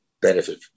benefit